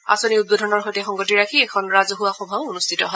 আঁচনি উদ্বোধনৰ সৈতে সংগতি ৰাখি এখন ৰাজহুৱা সভাও অনুষ্ঠিত হয়